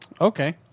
Okay